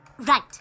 Right